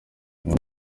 niyo